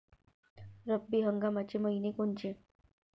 रब्बी हंगामाचे मइने कोनचे?